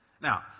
Now